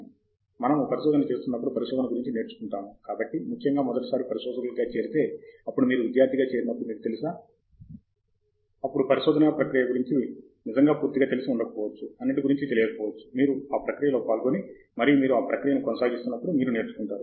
మనము పరిశోధన చేస్తున్నప్పుడు పరిశోధన గురించి నేర్చుకుంటాము కాబట్టి ముఖ్యంగా మొదటిసారి పరిశోధకులుగా చేరితే అప్పుడు మీరు విద్యార్థిగా చేరినప్పుడు మీకు తెలుసా అప్పుడు పరిశోధనా ప్రక్రియ గురించి నిజంగా పూర్తిగా తెలిసి ఉండకపోవచ్చు అన్నిటి గురించి తెలియకపోవచ్చు మీరు ఆ ప్రక్రియలో పాల్గొని మరియు మీరు ఆ ప్రక్రియను కొనసాగిస్తున్నప్పుడు మీరు నేర్చుకుంటున్నారు